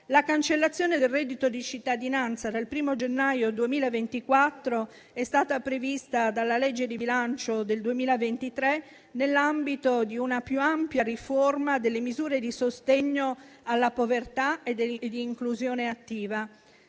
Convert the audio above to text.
La cancellazione del reddito di cittadinanza dal 1° gennaio 2024 è stata prevista dalla legge di bilancio del 2023 che, nell'ambito di una più ampia riforma delle misure di sostegno alla povertà e di inclusione attiva,